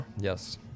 Yes